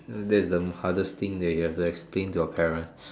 so that's the hardest thing that you have explained to your parents